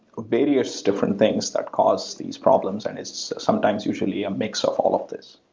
various different things that cause these problems and it's sometimes usually a mix of all of these.